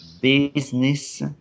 business